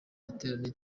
giterane